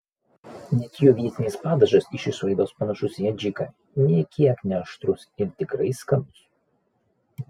net jų vietinis padažas iš išvaizdos panašus į adžiką nė kiek neaštrus ir tikrai skanus